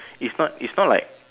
it's not it's not like